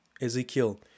ezekiel